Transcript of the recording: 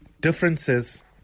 differences